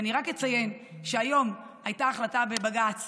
ואני רק אציין שהיום הייתה החלטה בבג"ץ